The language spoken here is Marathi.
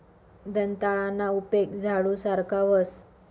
दंताळाना उपेग झाडू सारखा व्हस